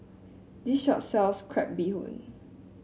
this shop sells Crab Bee Hoon